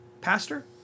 pastor